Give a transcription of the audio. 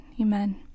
Amen